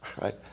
right